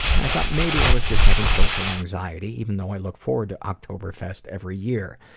and i thought, maybe i was just having social anxiety, even though i look forward to ah oktoberfest every year.